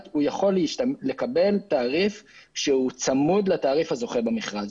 הוא יכול לקבל תעריף שהוא צמוד לתעריף הזוכה במכרז.